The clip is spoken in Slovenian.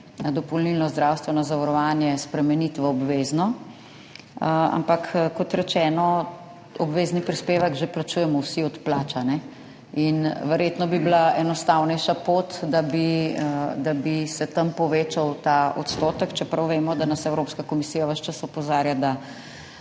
dopolnilno zdravstveno zavarovanje spremeniti v obvezno. Ampak kot rečeno, obvezni prispevek že plačujemo vsi od plač. Verjetno bi bila enostavnejša pot, da bi se tam povečal ta odstotek, čeprav vemo, da nas Evropska komisija ves čas opozarja, da